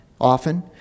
often